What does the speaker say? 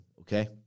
okay